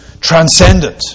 transcendent